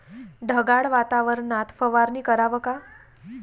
ढगाळ वातावरनात फवारनी कराव का?